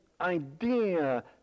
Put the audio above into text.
idea